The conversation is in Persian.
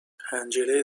حنجره